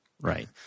Right